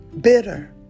bitter